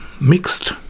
mixed